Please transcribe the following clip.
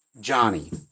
Johnny